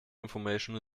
information